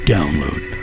Download